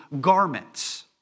garments